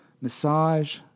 massage